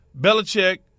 Belichick